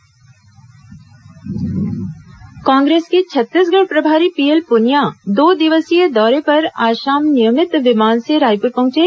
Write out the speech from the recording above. Punia Chhattisgarh Congress के छत्तीसगढ़ प्रभारी P L Punia दो दिवसीय दौरे पर आज शाम नियमित विमान से रायपुर पहुंचे